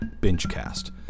BingeCast